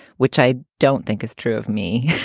which i don't think is true of me.